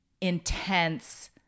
intense